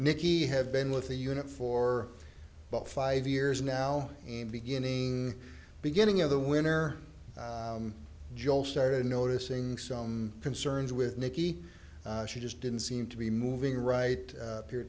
nicky have been with the unit for about five years now and beginning beginning of the winner joel started noticing some concerns with nicky she just didn't seem to be moving right here